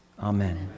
Amen